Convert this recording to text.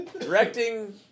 directing